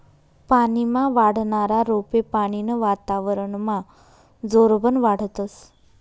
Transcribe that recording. पानीमा वाढनारा रोपे पानीनं वातावरनमा जोरबन वाढतस